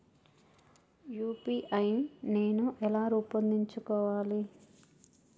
UPI నేను ఎలా రూపొందించుకోవాలి?